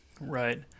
Right